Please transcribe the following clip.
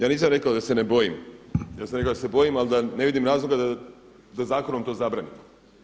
Ja nisam rekao da se ne bojim, ja sam rekao da se bojim ali da ne vidim razloga da zakonom to zabranimo.